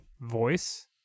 voice